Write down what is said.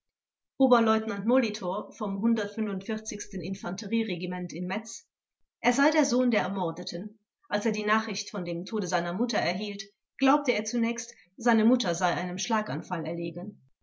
oberleutnant molitor vom infanterie regiment in metz er sei der sohn der ermordeten als er die nachricht von dem tode seiner mutter erhielt glaubte er zunächst seine mutter sei einem schlaganfall erlegen